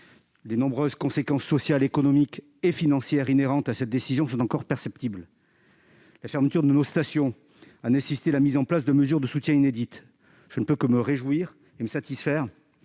Les nombreuses conséquences sociales, économiques et financières de cette décision sont encore perceptibles. La fermeture de nos stations a nécessité la mise en place de mesures de soutien inédites. Je ne peux que me réjouir des divers